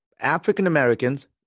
African-Americans